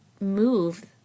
move